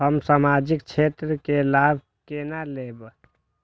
हम सामाजिक क्षेत्र के लाभ केना लैब?